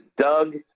Doug